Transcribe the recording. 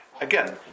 again